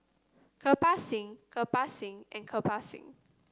Kirpal Singh Kirpal Singh and Kirpal Singh